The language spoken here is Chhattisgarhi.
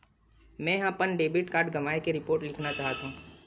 मेंहा अपन डेबिट कार्ड गवाए के रिपोर्ट लिखना चाहत हव